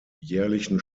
jährlichen